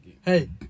hey